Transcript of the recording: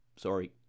Sorry